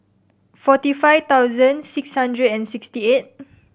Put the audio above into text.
forty five thousand six hundred and sixty eight